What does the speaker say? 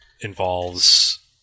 involves